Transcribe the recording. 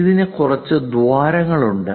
ഇതിന് കുറച്ച് ദ്വാരങ്ങളുമുണ്ട്